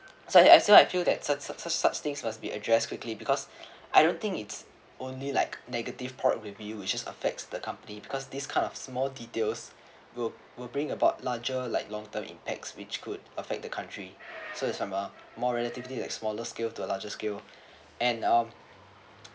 so I say I feel that such such such things must be addressed quickly because I don't think it's only like negative product review which is just affects the company because these kind of small details will will bring about larger like long term impacts which could affect the country so if from a more relatively like smaller scale to a larger scale and um